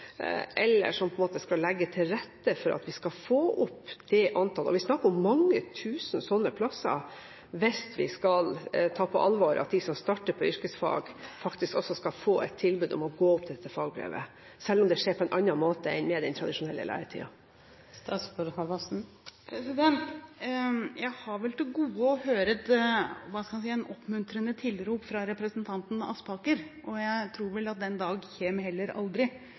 eller hva må ligge til rette for at vi skal få opp dette antallet? Vi snakker om mange tusen plasser, hvis vi skal ta på alvor at de som starter på yrkesfag, faktisk skal få et tilbud om å gå opp til fagbrevet, selv om det skjer på en annen måte enn med den tradisjonelle læretiden. Jeg har vel til gode å høre et oppmuntrende tilrop fra representanten Aspaker, og jeg tror vel heller ikke at den